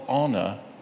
honor